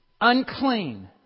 unclean